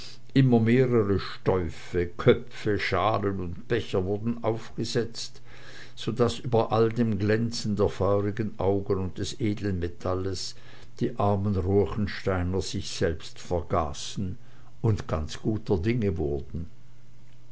immer mehrere stäuffe köpfe schalen und becher wurden aufgesetzt so daß über all dem glänzen der feurigen augen und des edlen metalles die armen ruechensteiner sich selbst vergaßen und ganz guter dinge wurden